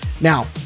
Now